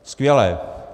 Skvělé.